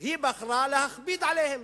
היא בחרה להכביד עליהם,